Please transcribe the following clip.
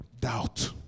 Doubt